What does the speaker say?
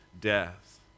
death